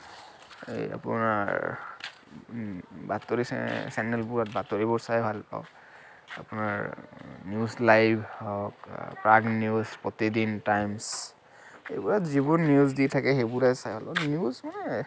এই আপোনাৰ বাতৰি চেনেলবোৰত বাতৰি চাই ভাল পাওঁ আপোনাৰ নিউজ লাইভ হওক প্ৰাগ নিউজ প্ৰতিদিন টাইমছ এইবোৰত যিবোৰ নিউজ দি থাকে সেইবোৰে চাই ভাল পাওঁ নিউজ মানে